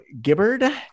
Gibbard